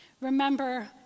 Remember